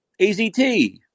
AZT